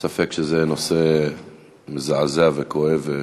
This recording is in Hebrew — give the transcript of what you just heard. אין ספק שזה נושא מזעזע וכואב,